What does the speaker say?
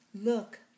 Look